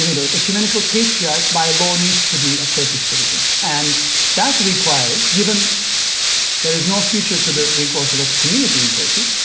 you know the ecumenical patriarch by law needs to be a turkish citizen and that requires, given there is no future to the greek orthodox community in turkey,